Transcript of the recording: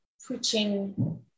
preaching